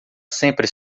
sempre